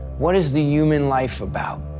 what is the human life about,